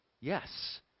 Yes